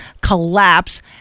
collapse